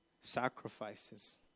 sacrifices